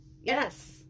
yes